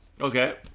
Okay